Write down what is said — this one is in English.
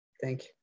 thank